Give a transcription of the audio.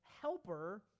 helper